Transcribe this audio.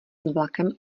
vlakem